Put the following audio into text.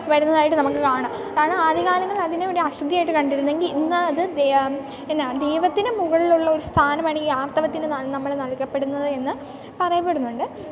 വരുന്നതായിട്ട് നമുക്ക് കാണാം കാരണം ആദ്യ കാലങ്ങളിൽ അതിനെ ഒരു അശുദ്ധിയായിട്ട് കണ്ടിരുന്നെങ്കിൽ ഇന്ന് അത് എന്നാ ദൈവത്തിന് മുകളിലുള്ള ഒരു സ്ഥാനമാണ് ഈ ആർത്തവത്തിന് നമ്മൾ നൽകപ്പെടുന്നത് എന്നു പറയപ്പെടുന്നുണ്ട്